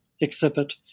exhibit